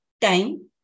time